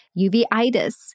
uveitis